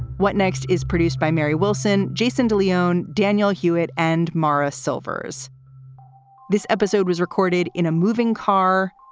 what next is produced by mary wilson. jason de leon. daniel hewitt and maurice silvers this episode was recorded in a moving car,